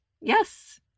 yes